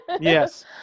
Yes